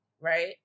right